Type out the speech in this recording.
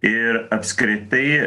ir apskritai